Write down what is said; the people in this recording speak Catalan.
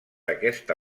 aquesta